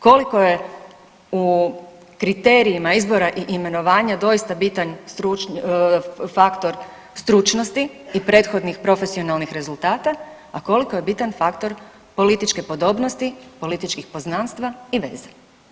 Koliko je u kriterijima izbora i imenovanja doista bitan faktor stručnosti i prethodnih profesionalnih rezultata, a koliko je bitan faktor političke podobnosti, političkih poznanstava i veze.